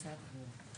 משרד התחבורה.